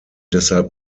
deshalb